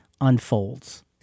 unfolds